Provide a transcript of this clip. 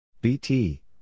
BT